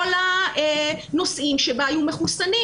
כל הנוסעים בה היו מחוסנים,